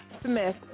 Smith